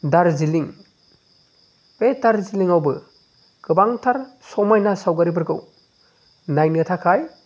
दार्जिलिं बे दार्जिलिंआवबो गोबांथार समायना सावगारिफोरखौ नायनो थाखाय